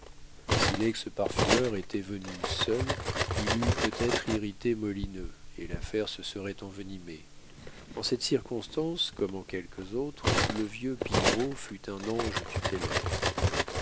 si lex parfumeur était venu seul il eût peut-être irrité molineux et l'affaire se serait envenimée en cette circonstance comme en quelques autres le vieux pillerault fut un ange